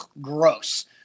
gross